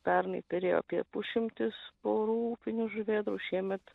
pernai perėjo apie pusšimtis porų upinių žuvėdrų šiemet